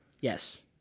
Yes